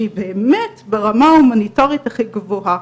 שהיא באמת ברמה ההומניטארית הכי גבוהה,